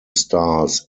stars